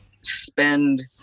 spend